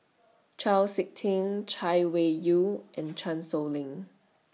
Chau Sik Ting Chay Weng Yew and Chan Sow Lin